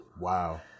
Wow